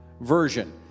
version